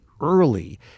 early